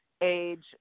age